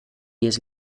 years